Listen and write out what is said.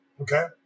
Okay